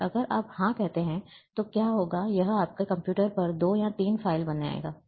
और अगर आप हाँ कहते हैं तो यह क्या करेगा यह आपके कंप्यूटर पर 2 या 3 फाइलें बनाएगा